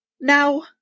Now